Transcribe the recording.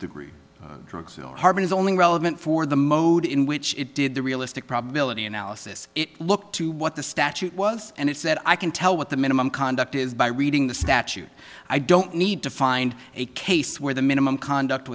e drugs harben is only relevant for the mode in which it did the realistic probability analysis it looked to what the statute was and it said i can tell what the minimum conduct is by reading the statute i don't need to find a case where the minimum conduct